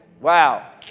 wow